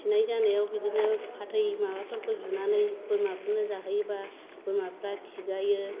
खिनाय जानायाव बिदिनो फाथै माबाफोरखौ जुनानै बोरमाफोरनो जाहोयोब्ला बोरमाफोरा खिगायो